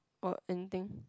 or anything